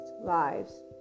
lives